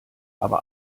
aber